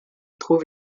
trouve